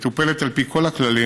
מטופלת על פי כל הכללים,